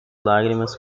lágrimas